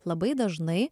labai dažnai